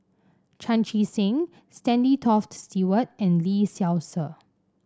Chan Chee Seng Stanley Toft Stewart and Lee Seow Ser